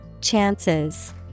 Chances